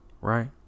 right